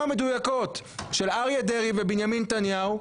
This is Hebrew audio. המדויקות של אריה דרעי ובנימין נתניהו,